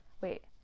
Wait